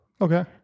Okay